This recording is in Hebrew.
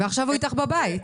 ועכשיו הוא איתך בבית.